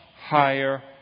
higher